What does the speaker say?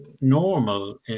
normal